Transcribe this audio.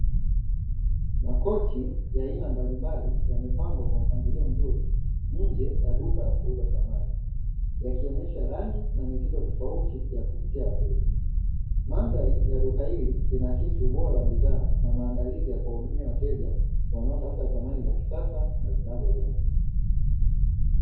Makochi ya aina mbalimbali yamepangwa kwa mpangilo mzuri, nje ya duka la kuuza samani. Yakionyesha rangi na mitindo tofauti ya kuvutia wateja. Mandhari ya duka hili inaakisi ubora wa bidhaa, na maandalizi ya kuwahudumia wateja wanaotafuta samani za kisasa na zinazodumu.